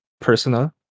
personal